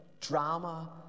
drama